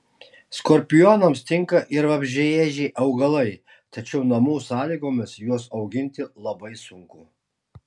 skorpionams tinka ir vabzdžiaėdžiai augalai tačiau namų sąlygomis juos auginti labai sunku